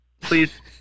please